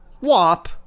wop